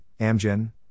Amgen